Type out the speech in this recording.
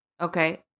okay